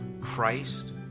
Christ